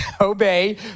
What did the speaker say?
obey